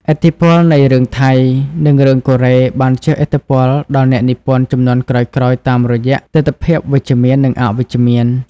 ឥទ្ធិពលនៃរឿងថៃ និងរឿងកូរ៉េបានជះឥទ្ធិពលដល់អ្នកនិពន្ធជំនាន់ក្រោយៗតាមរយៈទិដ្ឋភាពវិជ្ជមាន និងអវិជ្ជមាន។